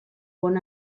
bon